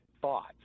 thoughts